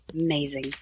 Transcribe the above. amazing